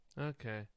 Okay